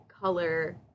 color